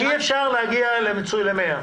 אי-אפשר להגיע ל-100.